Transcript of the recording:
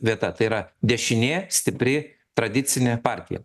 vieta tai yra dešinė stipri tradicinė partija